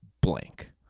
blank